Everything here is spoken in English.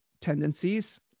tendencies